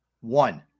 One